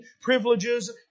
privileges